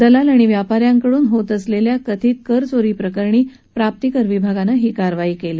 दलाल आणि व्यापा यांकडून होत असलेल्या कथित करचोरीप्रकरणी प्राप्तीकर विभागानं ही कारवाई केली